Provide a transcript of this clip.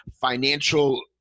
financial